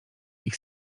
ich